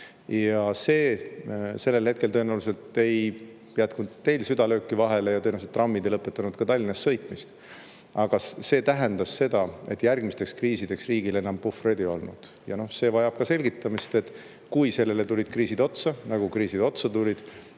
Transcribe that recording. ja sellel hetkel tõenäoliselt ei jätnud teil süda lööki vahele ja tõenäoliselt trammid ei lõpetanud ka Tallinnas sõitmist. Aga see tähendas seda, et järgmisteks kriisideks riigil enam puhvreid ei olnud. See vajab ka selgitamist, et kui sellele tulid kriisid otsa, nagu kriisid otsa tulid,